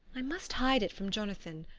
i must hide it from jonathan,